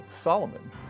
Solomon